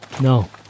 No